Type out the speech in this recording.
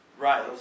Right